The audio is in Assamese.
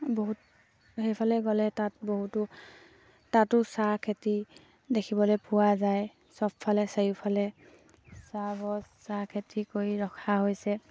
বহুত সেইফালে গ'লে তাত বহুতো তাতো চাহ খেতি দেখিবলে পোৱা যায় চব ফালে চাৰিওফালে চাহ গছ চাহ খেতি কৰি ৰখা হৈছে